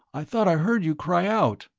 i thought i heard you cry out.